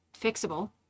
fixable